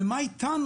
ומה איתנו?